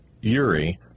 Uri